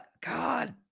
God